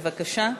בבקשה.